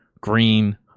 green